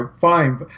fine